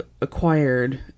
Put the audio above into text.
acquired